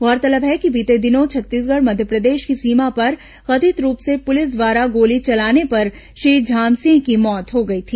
गौरतलब है कि बीते दिनों छत्तीसगढ़ मध्यप्रदेश की सीमा पर कथित रूप से पुलिस द्वारा गोली चलाने पर श्री झामसिंह की मौत हो गई थी